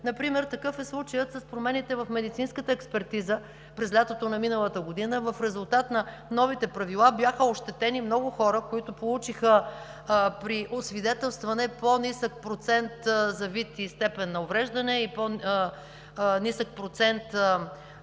Например такъв е случаят с промените в медицинската експертиза през лятото на миналата година. В резултат на новите правила бяха ощетени много хора, които получиха при освидетелстване по-нисък процент за вид и степен на увреждане и по-нисък процент